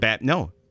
No